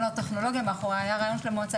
לא הטכנולוגיה היה רעיון של המועצה